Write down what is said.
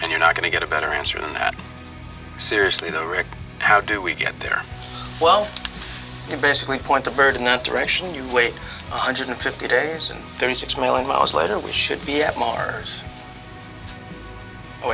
and you're not going to get a better answer than that seriously though rick how do we get there well you basically point the bird in that direction you wait one hundred fifty days and thirty six million miles later we should be at mars